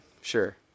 Sure